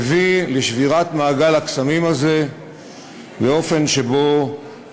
הוא הביא לשבירת מעגל הקסמים הזה באופן שהייתה